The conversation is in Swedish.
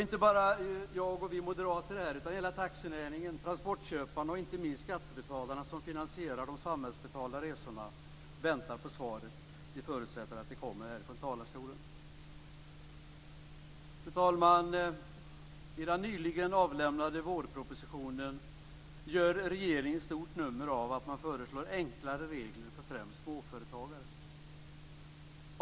Inte bara jag och Moderaterna utan hela taxinäringen, transportköparna och inte minst skattebetalarna som finansierar de samhällsbetalda resorna väntar på svaret. Vi förutsätter att det kommer här från talarstolen. Fru talman! I den nyligen avlämnade vårpropositionen gör regeringen ett stort nummer av att den föreslår enklare regler för främst småföretagare.